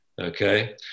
Okay